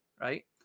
right